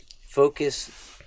focus